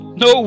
no